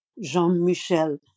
Jean-Michel